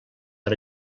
per